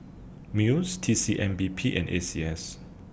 Muis T C M P B and A C S